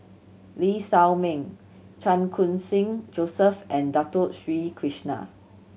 Lee Shao Meng Chan Khun Sing Joseph and Dato Sri Krishna